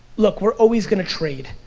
look, we're always gonna trade,